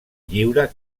lliure